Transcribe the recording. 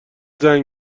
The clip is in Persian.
زنگ